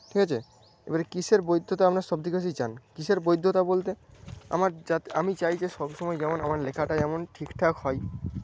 ঠিক আছে এবারে কীসের বৈধতা আমরা সবথেকে বেশি জানি কীসের বৈধতা বলতে আমার যাতে আমি চাই যে সবসময় যেন আমার লেখাটা যেন ঠিকঠাক হয়